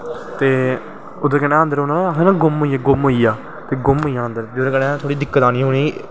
ते अन्द ओह्दै कन्नैं आखदे नी गुम होईयैा गुम होइया गुम होई जाना अन्दर ते जेह्दे कन्नैं दिक्कत आनी